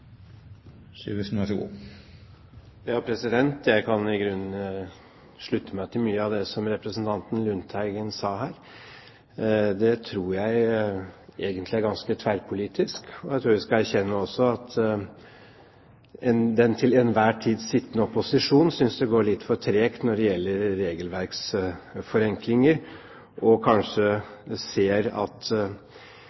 som representanten Lundteigen sa her. Det tror jeg egentlig er ganske tverrpolitisk. Jeg tror vi skal erkjenne også at den til enhver tid sittende opposisjon synes det går litt for tregt når det gjelder forenklinger av regelverk, og kanskje